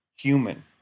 human